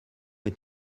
est